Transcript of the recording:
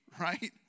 right